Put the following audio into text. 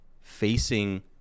facing